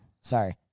sorry